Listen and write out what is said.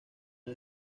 han